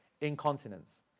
Incontinence